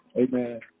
Amen